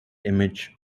image